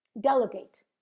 delegate